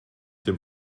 dem